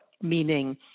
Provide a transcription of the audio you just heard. meaning